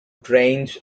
trains